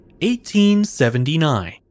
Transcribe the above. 1879